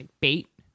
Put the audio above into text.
bait